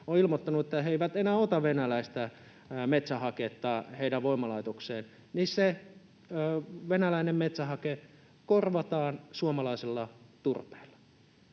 on ilmoittanut, että he eivät enää ota venäläistä metsähaketta heidän voimalaitokseensa, niin se venäläinen metsähake korvataan suomalaisella turpeella.